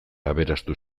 aberastu